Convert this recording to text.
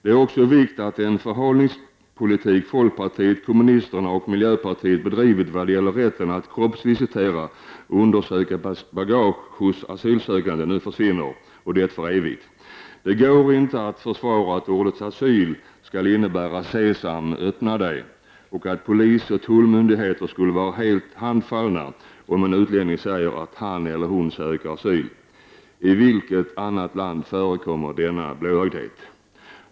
Det är också av vikt att den förhalningspolitik som folkpartiet, kommunisterna och miljöpartiet har bedrivit vad gäller rätten att kroppsvisitera och undersöka bagage som de asylsökande medför nu försvinner, och det för evigt. Det går inte att försvara att ordet asyl skall innebära Sesam öppna dig, att polis och tullmyndigheter skulle vara helt handfallna om en utlänning säger att han/hon söker asyl. I vilket annat land förekommer denna blåögdhet?